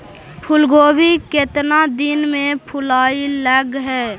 फुलगोभी केतना दिन में फुलाइ लग है?